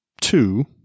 two